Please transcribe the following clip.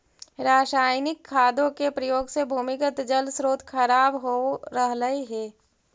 रसायनिक खादों के प्रयोग से भूमिगत जल स्रोत खराब हो रहलइ हे